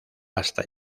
hasta